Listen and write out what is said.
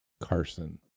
Carson